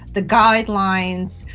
the guidelines,